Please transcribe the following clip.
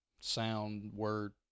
sound-word